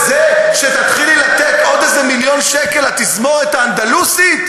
בזה שתתחילי לתת עוד איזה מיליון שקל לתזמורת האנדלוסית,